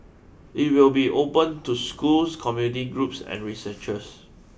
it will be open to schools community groups and researchers